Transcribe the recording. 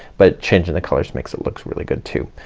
but changing the colors makes it looks really good too.